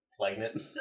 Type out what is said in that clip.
pregnant